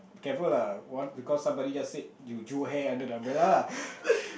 careful lah on~ because somebody just said you drew hair under the umbrella